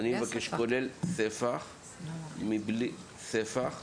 זה מורכב מדיי.